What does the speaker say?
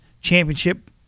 championship